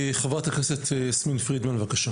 חברת הכנסת יסמין פרידמן, בבקשה.